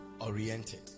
oriented